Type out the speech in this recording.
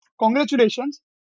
Congratulations